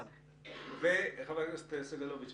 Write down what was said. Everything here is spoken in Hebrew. נקלטו 44. היתר תיקלטנה לאחר הבחינות כמו שתיארו פה קודמיי.